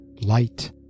light